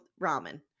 ramen